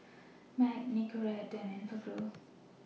Mac Nicorette and Enfagrow